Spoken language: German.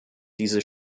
diese